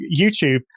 YouTube